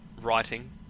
writing